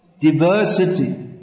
diversity